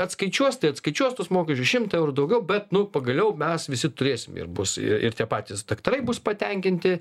atskaičiuos tai atskaičiuos tuos mokesčius šimtą eurų daugiau bet nu pagaliau mes visi turėsim ir bus ir tie patys daktarai bus patenkinti